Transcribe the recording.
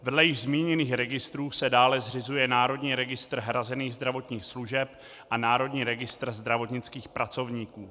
Vedle již zmíněných registrů se dále zřizuje Národní registr hrazených zdravotních služeb a Národní registr zdravotnických pracovníků.